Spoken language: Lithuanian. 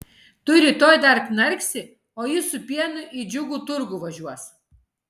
tu rytoj dar knarksi o jis su pienu į džiugų turgų važiuos